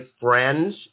friends